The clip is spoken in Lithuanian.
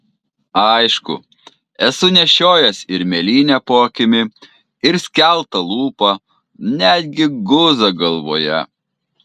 aišku esu nešiojęs ir mėlynę po akimi ir skeltą lūpą net gi guzą galvoje